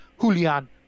Julian